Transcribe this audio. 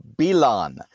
Bilan